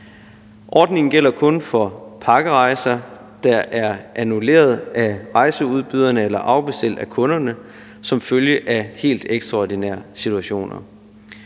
Ordningen gælder kun for pakkerejser, der er annulleret af rejseudbyderne eller afbestilt af kunderne som følge af helt ekstraordinære situationer.